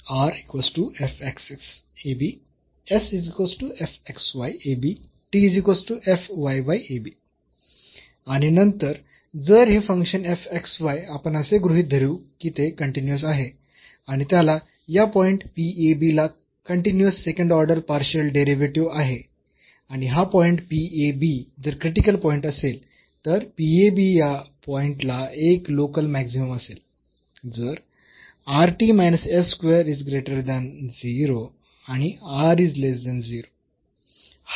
आणि नंतर जर हे फंक्शन आपण असे गृहीत धरू की ते कन्टीन्यूअस आहे आणि त्याला या पॉईंट ला continuous second order partial derivatives आहे आणि हा पॉईंट जर क्रिटिकल पॉईंट असेल तर या पॉईंट ला एक लोकल मॅक्सिमम असेल जर आणि